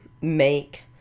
make